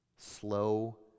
Slow